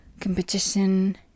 competition